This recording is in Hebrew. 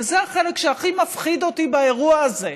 וזה החלק שהכי מפחיד אותי באירוע הזה,